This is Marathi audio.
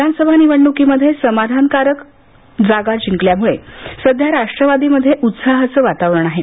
विधानसभा निवडणूकीमध्ये समाधानकारक जागा जिंकल्यामुळे सध्या राष्ट्रवादीमध्ये उत्साहाचं वातावरण आहे